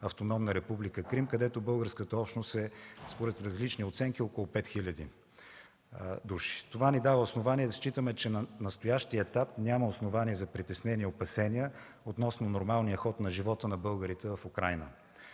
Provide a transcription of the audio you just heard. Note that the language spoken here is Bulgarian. Автономна република Крим, където българската общност, според различни оценки, е около 5 хиляди души. Това ни дава основание да считаме, че на настоящия етап няма основания за притеснения и опасения относно нормалния ход на живота на българите в Украйна.